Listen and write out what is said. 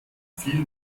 viel